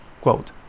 Quote